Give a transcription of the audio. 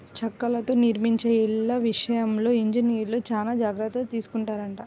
చెక్కలతో నిర్మించే ఇళ్ళ విషయంలో ఇంజనీర్లు చానా జాగర్తలు తీసుకొంటారంట